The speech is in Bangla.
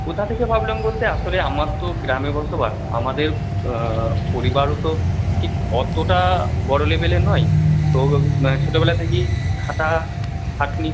কোথা থেকে ভাবলাম বলতে আসলে আমার তো গ্রামে বসবাস আমাদের পরিবারও তো ঠিক অতোটা বড় লেভেলের নয় তো মানে ছোটোবেলা থেকেই খাটাখাটনি